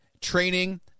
training